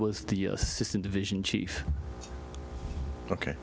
was the assistant division chief ok